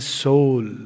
soul